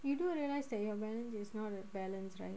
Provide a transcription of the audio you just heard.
you do realize that your balance is not balanced right